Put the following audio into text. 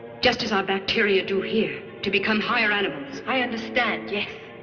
just as our bacteria do here, to become higher animals. i understand. yes.